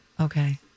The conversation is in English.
Okay